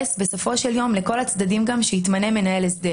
בסופו של יום יש אינטרס גם לכל הצדדים שיתמנה מנהל הסדר